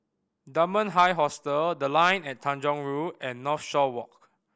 Dunman High Hostel The Line at Tanjong Rhu and Northshore Walk